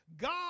God